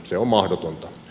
se on mahdotonta